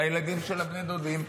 לילדים של בני דודים.